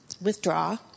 withdraw